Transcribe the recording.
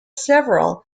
several